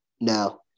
No